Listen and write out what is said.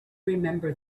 remember